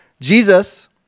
Jesus